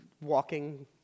walking